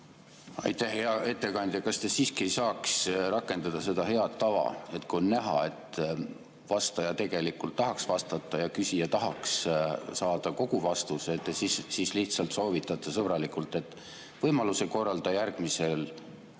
Aitäh! Hea [juhataja], kas te siiski ei saaks rakendada seda head tava, et kui on näha, et vastaja tegelikult tahaks vastata ja küsija tahaks saada kogu vastuse, siis te lihtsalt soovitate sõbralikult, et võimaluse korral ta järgmises